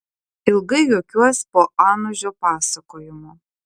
ilgai juokiuos po anužio pasakojimo